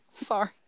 sorry